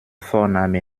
vorname